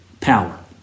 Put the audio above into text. power